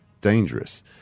dangerous